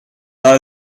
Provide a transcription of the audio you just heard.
war